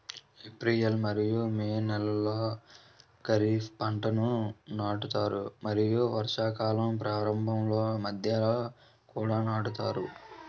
April మరియు May నెలలో ఖరీఫ్ పంటలను నాటుతారు మరియు వర్షాకాలం ప్రారంభంలో మధ్యలో కూడా నాటుతారు